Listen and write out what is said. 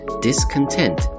discontent